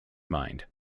mind